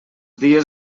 dies